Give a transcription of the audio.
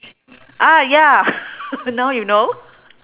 ah ya now you know